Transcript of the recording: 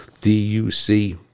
D-U-C